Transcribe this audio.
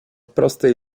prostej